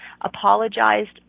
apologized